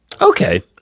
okay